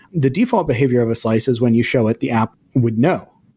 the default behavior of a slice is when you show it the app would know,